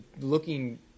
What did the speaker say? looking